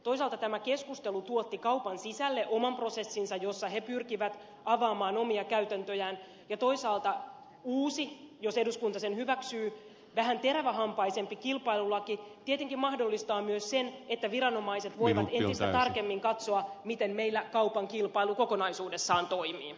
toisaalta tämä keskustelu tuotti kaupan sisälle oman prosessinsa jossa kaupat pyrkivät avaamaan omia käytäntöjään ja toisaalta uusi jos eduskunta sen hyväksyy vähän terävähampaisempi kilpailulaki tietenkin mahdollistaa myös sen että viranomaiset voivat entistä tarkemmin katsoa miten meillä kaupan kilpailu kokonaisuudessaan toimii